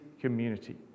community